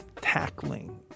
tackling